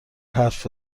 حرف